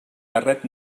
barret